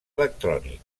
electrònic